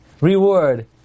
reward